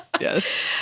Yes